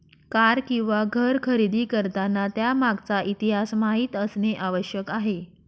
car किंवा घर खरेदी करताना त्यामागचा इतिहास माहित असणे आवश्यक आहे